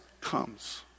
comes